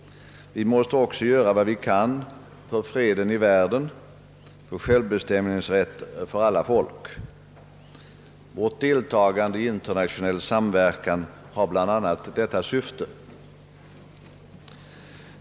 Vi måste också göra vad vi kan för freden i världen och för självbestämningsrätt åt alla folk. Vårt deltagande i internationell samverkan har bl.a. detta syfte.